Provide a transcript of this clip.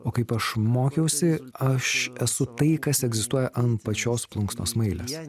o kaip aš mokiausi aš esu tai kas egzistuoja ant pačios plunksnos smailės